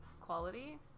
quality